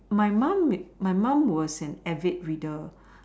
my mum my mum was an avid reader